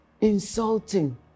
insulting